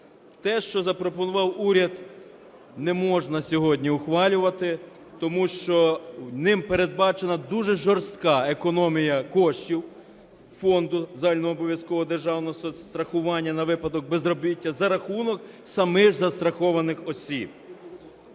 Те, що запропонував уряд, не можна сьогодні ухвалювати, тому що ним передбачено дуже жорстка економія коштів Фонду загальнообов'язкового державного соцстрахування на випадок безробіття за рахунок самих застрахованих осіб.